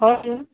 हजुर